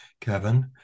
Kevin